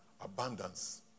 abundance